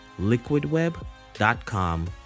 liquidweb.com